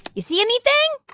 you see anything?